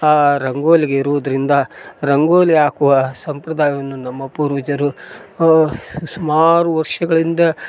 ಆ ರಂಗೋಲಿಗೆ ಇರುವುದರಿಂದ ರಂಗೋಲಿ ಹಾಕುವ ಸಂಪ್ರದಾಯವನ್ನು ನಮ್ಮ ಪೂರ್ವಜರು ಸುಮಾರು ವರ್ಷಗಳಿಂದ